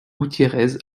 gutiérrez